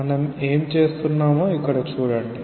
మనం ఏమి చేస్తున్నామో ఇక్కడ చూడండి